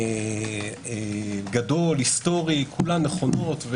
גדול, היסטורי כולן נכונות.